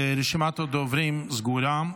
רשימת הדוברים סגורה.